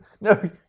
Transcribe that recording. No